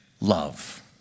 love